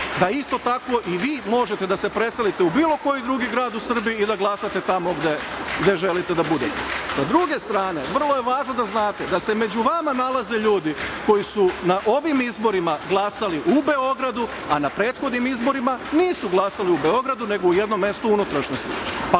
da isto tako i vi možete da preselite u bilo koji drugi grad u Srbiji i da glasate tamo gde želite da budete. Sa druge strane, vrlo je važno da znate da se među vama nalaze ljudi koji su na ovim izborima glasali u Beogradu, a na prethodnim izborima nisu glasali u Beogradu nego u jednom mestu u unutrašnjosti.